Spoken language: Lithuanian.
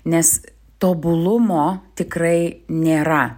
nes tobulumo tikrai nėra